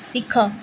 ଶିଖ